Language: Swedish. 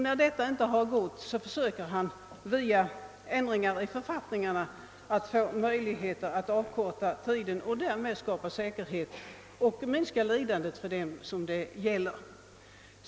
När detta inte går försöker han via ändringar i författningarna avkorta tiden för att därigenom åstadkomma säkerhet och minska lidandet för dem det gäller.